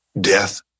Death